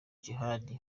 djihad